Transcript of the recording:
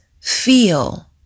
feel